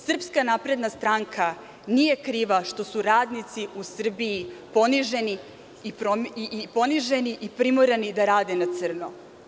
Srpska napredna stranka nije kriva što su radnici u Srbiji poniženi i primorani da rade na crno.